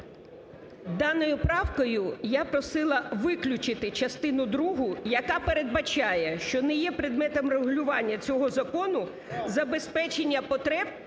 Даною правкою я просила виключити частину другу, яка передбачає, що не є предметом регулювання цього закону забезпечення потреб